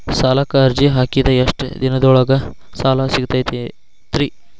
ಸಾಲಕ್ಕ ಅರ್ಜಿ ಹಾಕಿದ್ ಎಷ್ಟ ದಿನದೊಳಗ ಸಾಲ ಸಿಗತೈತ್ರಿ?